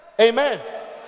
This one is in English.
Amen